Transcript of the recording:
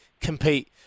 compete